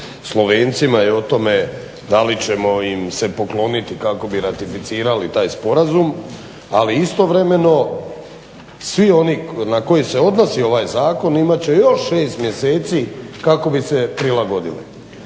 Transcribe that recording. Slovencima i o tome da li ćemo im se pokloniti kako bi ratificirali taj sporazum. Ali istovremeno svi oni na koje se odnosi ovaj zakon imat će još 6 mjeseci kako bi se prilagodili.